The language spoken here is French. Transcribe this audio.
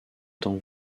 temps